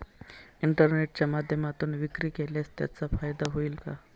इंटरनेटच्या माध्यमातून विक्री केल्यास त्याचा फायदा होईल का?